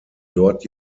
dort